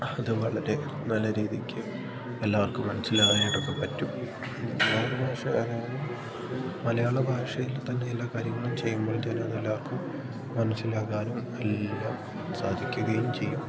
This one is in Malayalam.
അത് വളരെ നല്ല രീതിക്ക് എല്ലാവർക്കും മനസ്സിലാകാനായിട്ടൊക്കെ പറ്റും മലയാള ഭാഷയില് തന്നെ എല്ലാ കാര്യങ്ങളും ചെയ്യുമ്പോഴത്തേക്കും എല്ലാർക്കും മനസ്സിലാക്കാനും എല്ലാം സാധിക്കുകയും ചെയ്യും